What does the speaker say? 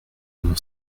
mon